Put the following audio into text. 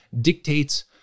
dictates